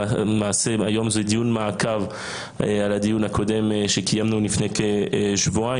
למעשה היום זה דיון מעקב על הדיון הקודם שקיימנו לפני כשבועיים.